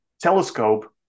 telescope